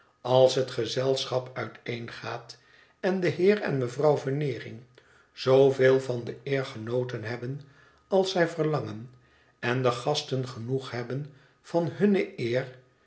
als het gezelschap uiteengaat en de heer en mevrouw veneering zooveel van de eer genoten hebben als zij verlangen en de gasten genoeg hebben van hunne eer